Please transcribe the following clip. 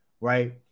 right